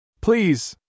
Please